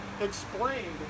explained